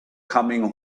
coming